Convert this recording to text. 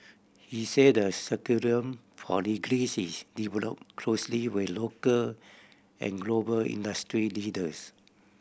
he said the curriculum for degrees is developed closely with local and global industry leaders